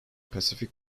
pacific